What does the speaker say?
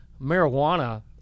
marijuana